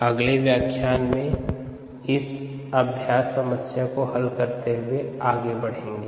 अगले व्याख्यान इस अभ्यास समस्या को हल करते हुए आगे बढेंगें